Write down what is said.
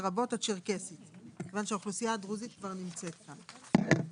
לרבות הצ'רקסית"; מכיוון שהאוכלוסייה הדרוזית כבר נמצאת כאן.